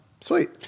Sweet